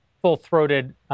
full-throated